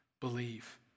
believe